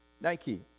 Nike